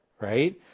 Right